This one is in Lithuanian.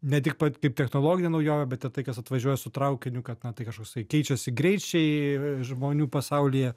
ne tik pat kaip technologinė naujovė bet ir tai kas atvažiuoja su traukiniu kad na tai kažkoksai keičiasi greičiai žmonių pasaulyje